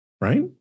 right